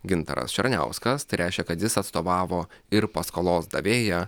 gintaras černiauskas tai reiškia kad jis atstovavo ir paskolos davėją